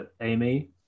Amy